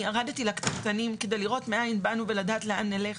ירדתי כדי לראות מאין באנו ולדעת לאן נלך